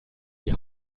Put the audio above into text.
die